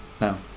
now